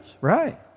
right